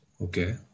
Okay